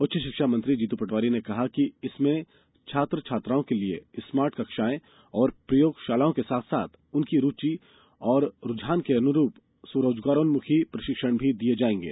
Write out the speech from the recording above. उच्च शिक्षा मंत्री जीतू पटवारी ने कहा कि इसमें छात्र छात्राओं के लिए स्मार्ट कक्षाएं एवं प्रयोग शालाओं के साथ साथ उनकी रूचि एवं रूझान के अनुरूप स्वरोजगारोन्मुखी प्रशिक्षण भी दिये जाएंगे